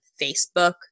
facebook